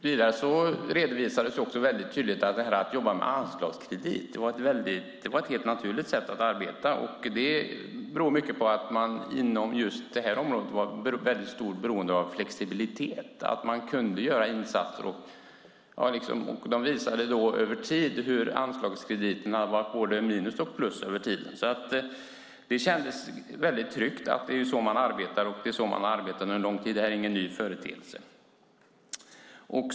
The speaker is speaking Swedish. Vidare redovisades väldigt tydligt detta med att arbeta med anslagskredit och att det är ett helt naturligt sätt att arbeta. Det beror mycket på att man inom just detta område är väldigt beroende av flexibilitet och att kunna göra insatser. Man visade hur anslagskrediterna varit både minus och plus över tid. Det kändes alltså väldigt tryggt. Det är så man arbetar, och man har arbetat så under en lång tid. Detta är ingen ny företeelse.